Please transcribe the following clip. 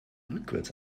rückwärts